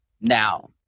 now